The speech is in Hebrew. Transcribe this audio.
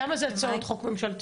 למה זה הצעות חוק ממשלתיות?